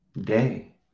Day